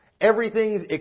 everything's